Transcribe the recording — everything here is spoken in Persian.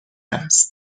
است